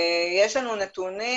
יש לנו נתונים.